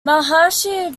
maharshi